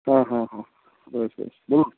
হ্যাঁ হ্যাঁ হ্যাঁ বেশ বেশ বলুন